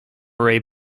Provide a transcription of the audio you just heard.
ray